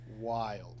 Wild